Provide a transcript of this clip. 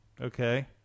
Okay